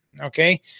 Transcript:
Okay